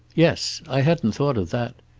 yes. i hadn't thought of that.